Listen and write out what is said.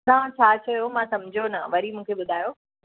तव्हां छा चयो मां समुझो न वरी मूंखे ॿुधायो